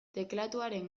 teklatuaren